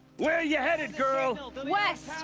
where you headed, girl? west.